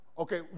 Okay